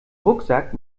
rucksack